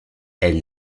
elle